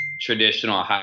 traditional